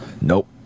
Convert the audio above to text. Nope